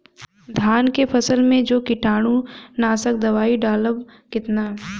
धान के फसल मे जो कीटानु नाशक दवाई डालब कितना?